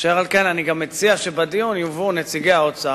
אשר על כן אני גם מציע שבדיון יובאו נציגי האוצר,